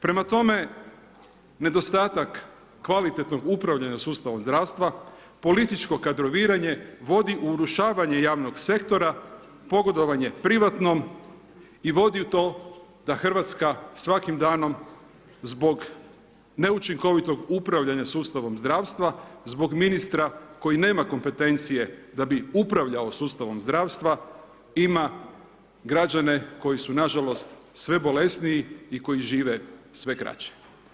Prema tome, nedostatak kvalitetnog upravljanja sustavom zdravstva, političko kadroviranje vodi u urušavanje javnog sektora, pogodovanje privatnom i vodi u to da Hrvatska svakim danom zbog neučinkovitog upravljanja sustavom zdravstva, zbog ministra koji nema kompetencije da bi upravljao sustavom zdravstva ima građane koji su nažalost sve bolesniji i koji žive sve kraće.